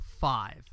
five